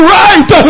right